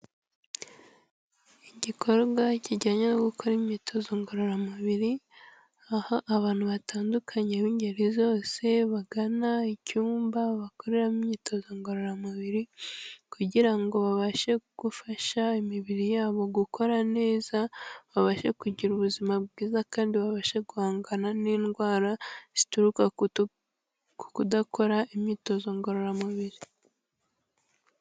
Igikorwa kijyanye no gukora imyitozo ngororamubiri aha abantu batandukanye b'ingeri zose bagana icyumba bakoreramo imyitozo ngororamubiri, kugira ngo babashe gufasha imibiri yabo gukora neza babashe kugira ubuzima bwiza kandi babashe guhangana n'indwara zituruka ku kudakora imyitozo ngororamubiri.